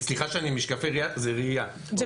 ומה